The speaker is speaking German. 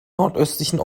nordöstlichen